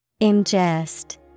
Ingest